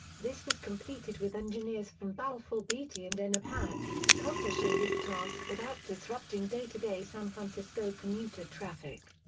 this was completed with engineers from balfour beatty and enerpac, accomplishing this task without disrupting day-to-day san francisco commuter traffic.